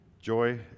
Joy